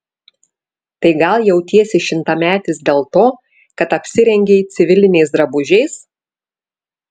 tai gal jautiesi šimtametis dėl to kad apsirengei civiliniais drabužiais